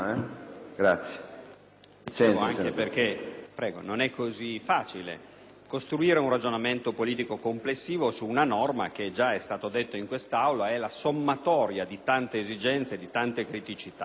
non è così facile costruire un ragionamento politico complessivo su una norma che, come già è stato detto in quest'Aula, è la sommatoria di tante esigenze e criticità.